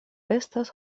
estas